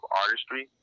artistry